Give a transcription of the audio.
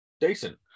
Decent